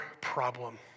problem